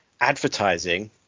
advertising